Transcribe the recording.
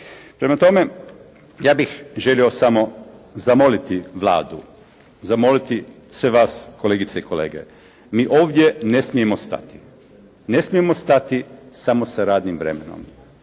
Prema tome ja bih želio samo zamoliti Vladu, zamoliti sve vas kolegice i kolege. Mi ovdje ne smijemo stati. Ne smijemo stati samo sa radnim vremenom.